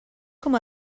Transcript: com